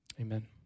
Amen